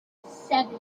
seven